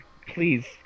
Please